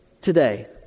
today